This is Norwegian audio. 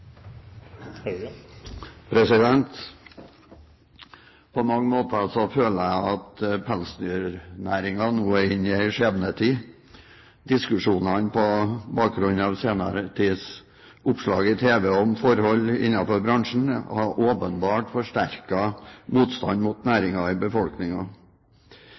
inne i en skjebnetid. Diskusjonene på bakgrunn av senere tids oppslag i tv om forhold innenfor bransjen har åpenbart forsterket motstanden mot næringen i